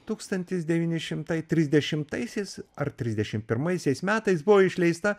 tūkstantis devyni šimtai trisdešimtaisiais ar trisdešim pirmaisiais metais buvo išleista